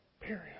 Period